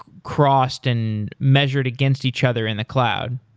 crossed and measured against each other in the cloud.